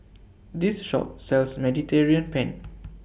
This Shop sells Mediterranean Penne